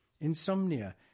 Insomnia